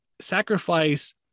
sacrifice